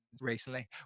recently